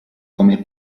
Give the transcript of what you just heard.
come